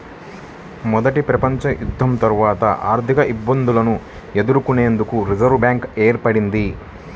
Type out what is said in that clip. మొదటి ప్రపంచయుద్ధం తర్వాత ఆర్థికఇబ్బందులను ఎదుర్కొనేందుకు రిజర్వ్ బ్యాంక్ ఏర్పడ్డది